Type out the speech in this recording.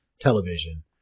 television